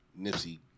Nipsey